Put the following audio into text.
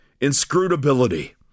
inscrutability